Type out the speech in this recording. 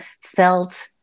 felt